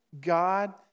God